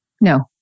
No